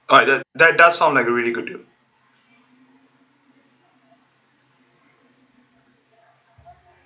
alright that that does sound like a really good deal